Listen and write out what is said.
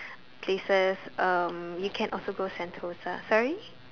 places um you can also go Sentosa sorry